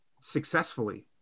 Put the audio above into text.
successfully